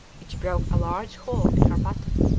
which broke a large hole in her bottom,